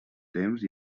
temps